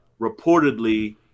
Reportedly